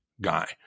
guy